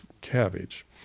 cabbage